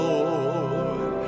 Lord